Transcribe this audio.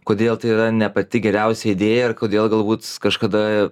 kodėl tai yra ne pati geriausia idėja kodėl galbūt kažkada